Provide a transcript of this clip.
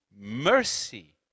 mercy